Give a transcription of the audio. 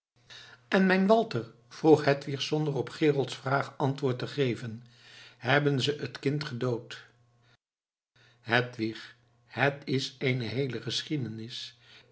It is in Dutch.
en mijn walter vroeg hedwig zonder op gerolds vraag antwoord te geven hebben ze het kind gedood hedwig het is eene heele geschiedenis